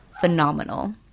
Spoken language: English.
phenomenal